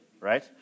right